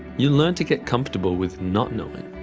you learn to get comfortable with not knowing.